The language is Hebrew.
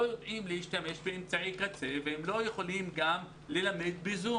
יודעים להשתמש באמצעי קצה והם לא יכולים ללמד ב-זום.